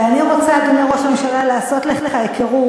ואני רוצה, אדוני ראש הממשלה, לעשות לך היכרות